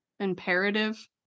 imperative